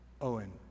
Owen